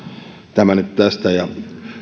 tämä nyt tästä